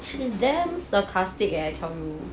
she's damn sarcastic leh I tell you